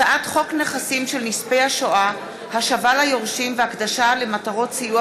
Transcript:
הצעת חוק נכסים של נספי השואה (השבה ליורשים והקדשה למטרות סיוע